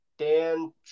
Dan